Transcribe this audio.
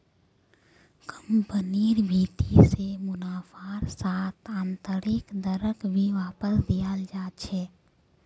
कम्पनिर भीति से मुनाफार साथ आन्तरैक दरक भी वापस दियाल जा छे